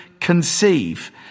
conceive